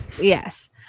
Yes